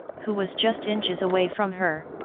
who was just inches away from her,